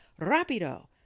RAPIDO